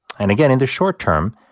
and again, in the short term,